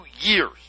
years